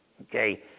okay